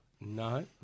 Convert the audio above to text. No